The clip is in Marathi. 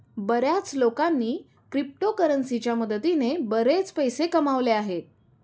बर्याच लोकांनी क्रिप्टोकरन्सीच्या मदतीने बरेच पैसे कमावले आहेत